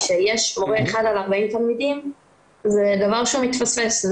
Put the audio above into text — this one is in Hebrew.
כשיש מורה אחד על ארבעים תלמידים זה דבר שהוא מתפספס,